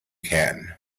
can